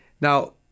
Now